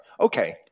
Okay